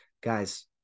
guys